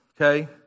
okay